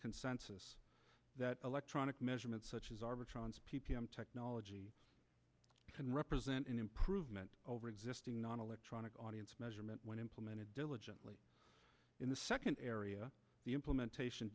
consensus that electronic measurements such as arbitron p p m technology can represent an improvement over existing non electronic audience measurement when implemented diligently in the second area the implementation